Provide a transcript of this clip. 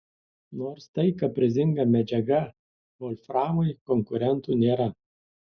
nors tai kaprizinga medžiaga volframui konkurentų nėra